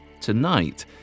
tonight